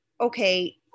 okay